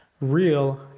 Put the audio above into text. Real